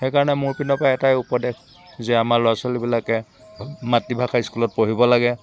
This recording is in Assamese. সেইকাৰণে মোৰ পিনৰ পা এটাই উপদেশ যে আমাৰ ল'ৰা ছোৱালীবিলাকে মাতৃভাষা স্কুলত পঢ়িব লাগে